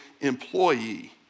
employee